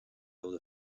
able